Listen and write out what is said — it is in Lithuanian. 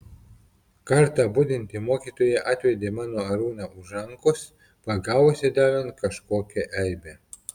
kartą budinti mokytoja atvedė mano arūną už rankos pagavusi darant kažkokią eibę